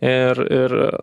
ir ir